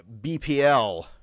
BPL